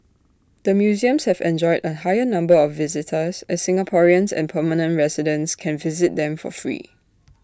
the museums have enjoyed A higher number of visitors as Singaporeans and permanent residents can visit them for free